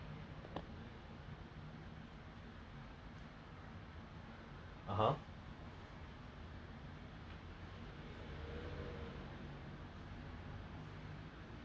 that time I they I brought them over to my house and we were watching thor on Netflix then he was like you know the beginning part eh no we were watching x-men sorry we were watching x-men then